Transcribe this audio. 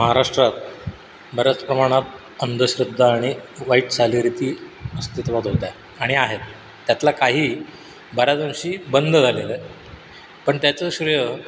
महाराष्ट्रात बऱ्याच प्रमाणात अंधश्रद्धा आणि वाईट चालीरीती अस्तित्वात होत्या आणि आहेत त्यातल्या काही बऱ्याच अंशी बंद झालेल्या आहेत पण त्याचं श्रेय